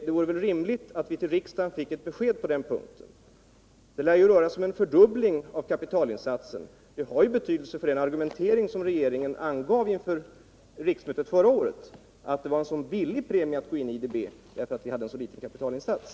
Det vore rimligt att riksdagen fick ett besked på den punkten. Det lär vara fråga om en fördubbling av kapitalinsatsen. Ett klarläggande har betydelse med tanke på den argumentering som regeringen förde inför riksdagen förra året, då man framhöll att det var biligt att gå in i IDB — det gällde en liten kapitalinsats.